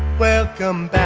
welcome back.